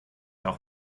auch